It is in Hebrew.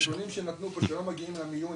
הנתונים שנתנו פה שלא מגיעים למיון,